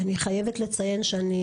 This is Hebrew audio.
אני חייבת לציין שאני